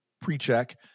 pre-check